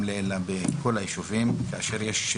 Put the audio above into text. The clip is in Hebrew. אלא בהיתר.